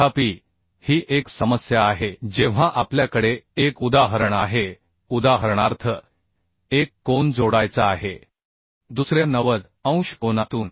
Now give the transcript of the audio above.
तथापि ही एक समस्या आहे जेव्हा आपल्याकडे एक उदाहरण आहे उदाहरणार्थ एक कोन जोडायचा आहे दुसऱ्या 90 अंश कोनातून